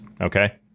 Okay